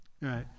right